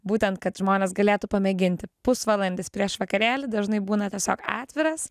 būtent kad žmonės galėtų pamėginti pusvalandis prieš vakarėlį dažnai būna tiesiog atviras